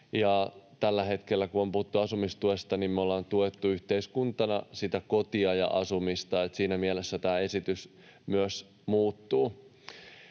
Tällä hetkellä, kun on puhuttu asumistuesta, me ollaan tuettu yhteiskuntana sitä kotia ja asumista, ja siinä mielessä tämä esitys myös muuttuu.